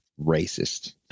racist